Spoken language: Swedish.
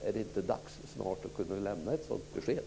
Är det inte snart dags att kunna lämna ett sådant besked?